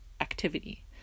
activity